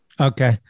Okay